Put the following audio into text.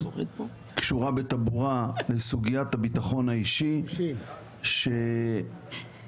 קשורה בטבורה לסוגיית הביטחון האישי שהיא